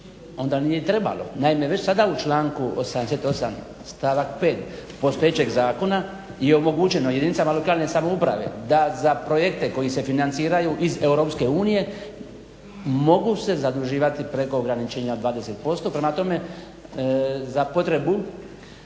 onda nije trebalo. Naime, već sada u članku 88. stavak 5. postojećeg zakona je omogućeno jedinicama lokalne samouprave da za projekte koji se financiraju iz EU mogu se zaduživati preko ograničenja od 20%. Prema tome, za potrebu,